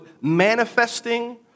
manifesting